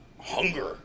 hunger